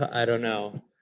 i don't know.